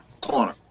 corner